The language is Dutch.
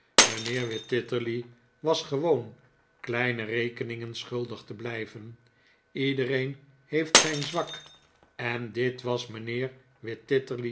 mijnheer wititterly was gewoon kleine rekeningen schuldig te blijven iedereen heeft zijn zwak en dit was mijnheer